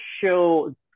show